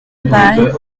bayle